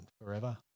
forever